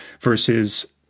versus